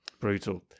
Brutal